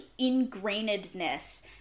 ingrainedness